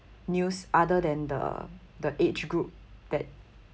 news other than the the age group that